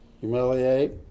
humiliate